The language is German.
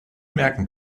merken